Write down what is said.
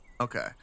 Okay